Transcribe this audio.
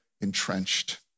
entrenched